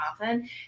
often